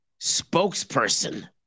spokesperson